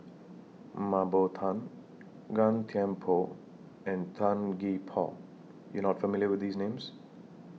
Mah Bow Tan Gan Thiam Poh and Tan Gee Paw YOU Are not familiar with These Names